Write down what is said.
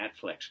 Netflix